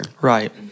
right